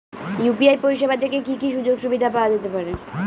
UPI পরিষেবা থেকে কি কি সুযোগ সুবিধা পাওয়া যেতে পারে?